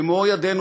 במו ידינו.